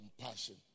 compassion